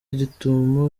gitumo